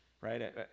right